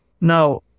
Now